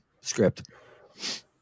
script